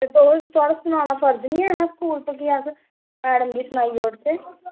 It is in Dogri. थुआढ़ा सनाना फर्ज नेईं हा स्कूल दी मैडम गी सनाई ओड़चै